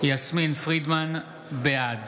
בעד